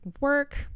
Work